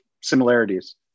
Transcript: similarities